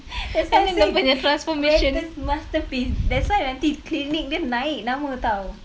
that's why I say greatest masterpiece that's why nanti clinic dia naik nama [tau]